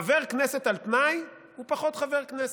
חבר כנסת על תנאי הוא פחות חבר כנסת.